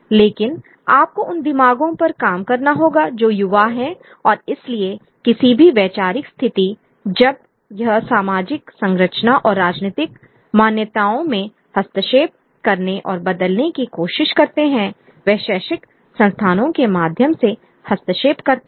लेकिन आपको उन दिमागों पर काम करना होगा जो युवा हैं और इसलिए किसी भी वैचारिक स्थिति जब यह सामाजिक संरचना और राजनीतिक मान्यताओं में हस्तक्षेप करने और बदलने की कोशिश करते हैं वे शैक्षिक संस्थानों के माध्यम से हस्तक्षेप करते हैं